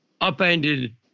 upended